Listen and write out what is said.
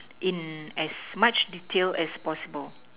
in as much detail as possible